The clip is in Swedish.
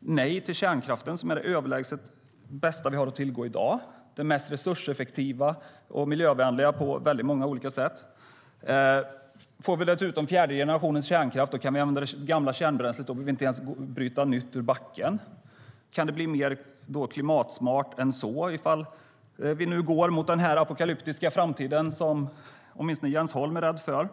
nej till kärnkraften - det överlägset bästa vi har att tillgå i dag. Det är den mest resurseffektiva och miljövänliga energin på många olika sätt. Kommer dessutom fjärde generationens kärnkraft kan vi använda det gamla kärnbränslet, och vi behöver inte ens bryta nytt ur backen. Kan det bli mer klimatsmart än så - om vi nu går mot den apokalyptiska framtiden som åtminstone Jens Holm är rädd för?